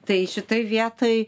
tai šitoj vietoj